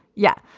yeah.